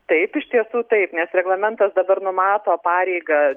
taip iš tiesų taip nes reglamentas dabar numato pareigą